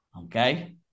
Okay